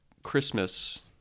Christmas